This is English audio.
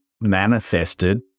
manifested